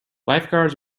lifeguards